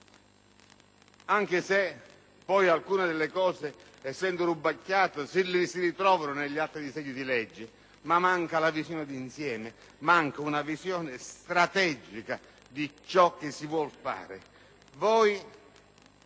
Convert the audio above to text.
Anche se alcuni aspetti, essendo rubacchiati, si ritrovano negli altri disegni di legge, manca una visione d'insieme, manca una visione strategica di ciò che si vuol fare.